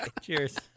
Cheers